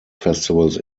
festivals